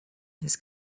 his